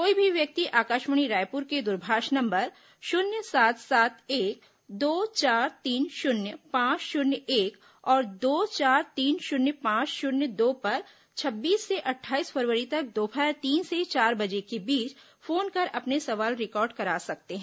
कोई भी व्यक्ति आकाशवाणी रायपुर के द्रभाष नम्बर शून्य सात सात एक दो चार तीन शून्य पांच शून्य एक और दो चार तीन शून्य पांच शून्य दो पर छब्बीस से अट्ठाईस फरवरी तक दोपहर तीन से चार बजे के बीच फोन कर अपने सवाल रिकॉर्ड करा सकते हैं